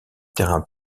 terrains